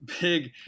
big